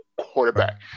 quarterback